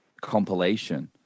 compilation